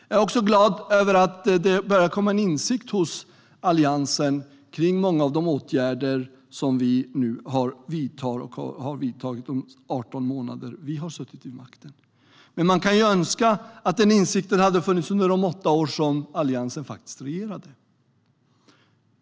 Jag är också glad över att Alliansen börjar få en insikt om många av de åtgärder som vi nu vidtar och har vidtagit under de 18 månader som vi har suttit vid makten. Men man kan önska att denna insikt hade funnits under de åtta år som Alliansen faktiskt regerade.